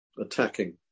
attacking